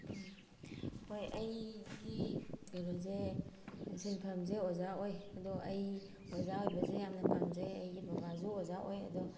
ꯍꯣꯏ ꯑꯩꯒꯤ ꯀꯩꯅꯣꯁꯦ ꯁꯤꯟꯐꯝꯁꯦ ꯑꯣꯖꯥ ꯑꯣꯏ ꯑꯗꯣ ꯑꯩ ꯑꯣꯖꯥ ꯑꯣꯏꯕꯁꯦ ꯌꯥꯝꯅ ꯄꯥꯝꯖꯩ ꯑꯩꯒꯤ ꯕꯕꯥꯁꯨ ꯑꯣꯖꯥ ꯑꯣꯏ ꯑꯗꯣ